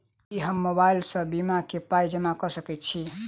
की हम मोबाइल सअ बीमा केँ पाई जमा कऽ सकैत छी?